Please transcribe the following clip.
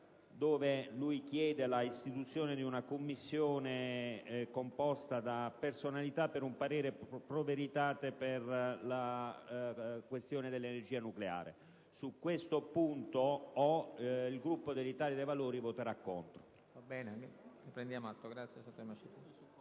dove egli chiede l'istituzione di una commissione composta da personalità per un parere *pro veritate* sulla questione dell'energia nucleare. Su quest'ultimo, il Gruppo dell'Italia dei Valori voterà in